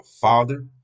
father